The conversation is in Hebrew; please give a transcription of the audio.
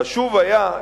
חשוב היה,